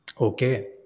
Okay